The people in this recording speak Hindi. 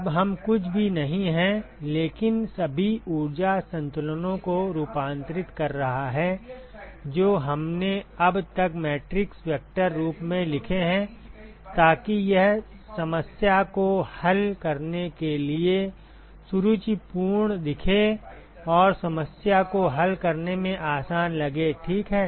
अब यह कुछ भी नहीं है लेकिन सभी ऊर्जा संतुलनों को रूपांतरित कर रहा है जो हमने अब तक मैट्रिक्स वेक्टर रूप में लिखे हैं ताकि यह समस्या को हल करने के लिए सुरुचिपूर्ण दिखे और समस्या को हल करने में आसान लगे ठीक है